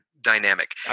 dynamic